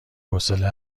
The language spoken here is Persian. حوصله